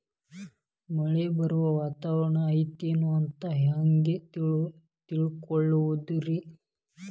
ಮಳೆ ಬರುವ ವಾತಾವರಣ ಐತೇನು ಅಂತ ಹೆಂಗ್ ತಿಳುಕೊಳ್ಳೋದು ರಿ?